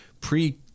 pre